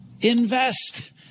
invest